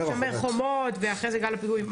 החומות ואחרי זה בעקבות גל הפיגועים,